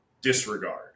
disregard